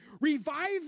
Revive